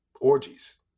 orgies